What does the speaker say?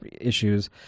issues